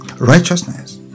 righteousness